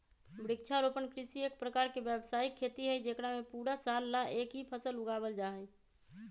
वृक्षारोपण कृषि एक प्रकार के व्यावसायिक खेती हई जेकरा में पूरा साल ला एक ही फसल उगावल जाहई